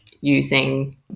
using